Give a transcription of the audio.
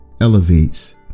elevates